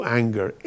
anger